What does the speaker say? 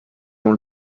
vont